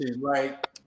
right